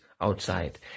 outside